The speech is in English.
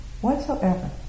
whatsoever